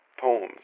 poems